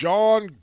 John